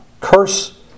curse